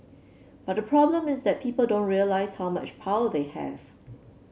but the problem is that people don't realise how much power they have